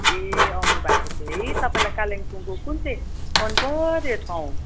ए आउनु भएको थियो है तपाईँलाई कालेबुङको कुन चाहिँ मन पऱ्यो ठाउँ